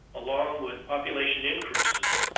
along with population increases,